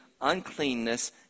uncleanness